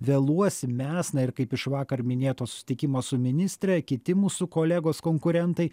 vėluosim mes na ir kaip iš vakar minėto susitikimo su ministre kiti mūsų kolegos konkurentai